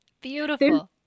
Beautiful